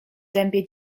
dębie